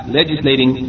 legislating